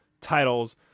titles